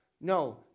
No